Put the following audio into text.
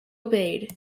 obeyed